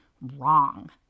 Wrong